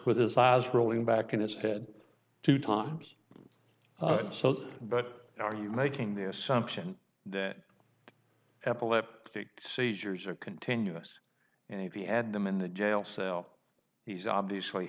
with his eyes rolling back in his head two times so but are you making the assumption that epileptic seizures are continuous and the adam in the jail cell he's obviously